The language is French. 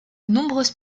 nombreuses